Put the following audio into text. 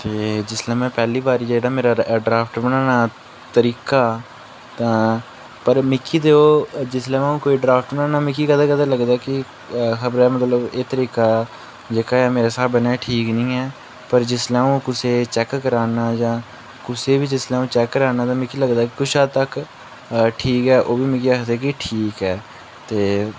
ते जिसलै में पैह्ली बारी जेह्ड़ा मेरा ड्राफ्ट बनाना तरीका तां पर मिगी ते ओह् जिसलै अ'ऊं कोई ड्राफ्ट बनाना मिगी ते कदें कदें लगदा कि मतलब एह् तरीका ऐ जेह्का ऐ मेरे स्हाबा कन्नै ठीक नी ऐ पर जिसलै अ'ऊं कुसै चैक कराना जां कुसै बी जिसलै अ'ऊं चैक कराना तां मिगी लगदा कि कुछ हद्द तक ठीक ऐ ओह् बी मिगी आखदे कि ठीक ऐ ते